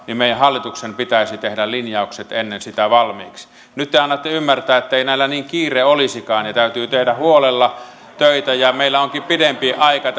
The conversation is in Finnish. niin meidän hallituksen pitäisi tehdä linjaukset ennen sitä valmiiksi nyt te annatte ymmärtää että ei näillä niin kiire olisikaan ja täytyy tehdä huolella töitä ja meillä onkin pidempi aika